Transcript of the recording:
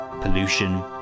pollution